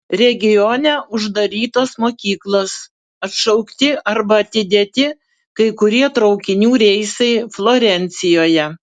regione uždarytos mokyklos atšaukti arba atidėti kai kurie traukinių reisai florencijoje